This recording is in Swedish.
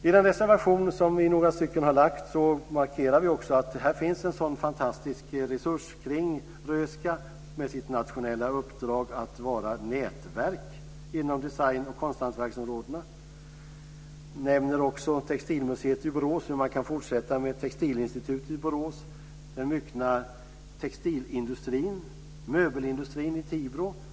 I den reservation som några har lagt fram markerar vi att det finns en sådan fantastisk resurs kring Röhsska med sitt nationella uppdrag att vara nätverk inom design och konsthantverksområdena. Vi nämner också textilmuseet i Borås och att det går att fortsätta med ett textilinstitut i Borås. Vi nämnder den myckna textilindustrin och möbelindustrin i Tibro.